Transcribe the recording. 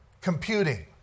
computing